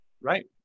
Right